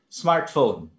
smartphone